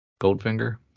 Goldfinger